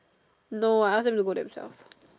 no I ask them to go themselves